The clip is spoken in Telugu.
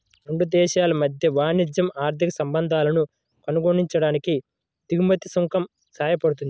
రెండు దేశాల మధ్య వాణిజ్య, ఆర్థిక సంబంధాలను కొనసాగించడానికి దిగుమతి సుంకం సాయపడుతుంది